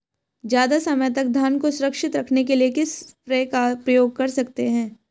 ज़्यादा समय तक धान को सुरक्षित रखने के लिए किस स्प्रे का प्रयोग कर सकते हैं?